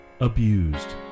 Abused